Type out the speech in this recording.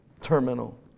terminal